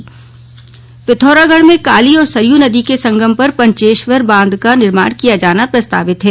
पंचेश्वर बांध पिथौरागढ़ में काली और सरयू नदी के संगम पर पंचेश्वर बांध का निर्माण किया जाना प्रस्तावित है